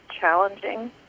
challenging